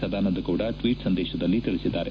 Sadananda Gowda tweet ಸಂದೇಶದಲ್ಲಿ ತಿಳಿಸಿದ್ದಾರೆ